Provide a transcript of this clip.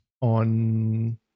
On